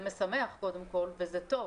זה משמח קודם כול וזה טוב